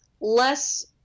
less